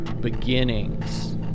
beginnings